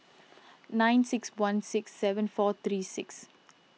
nine six one six seven four three six